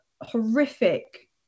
horrific